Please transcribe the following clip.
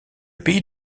pays